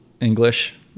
English